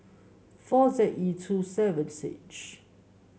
four Z E two seven H